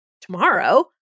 tomorrow